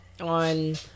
on